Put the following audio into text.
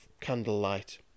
candlelight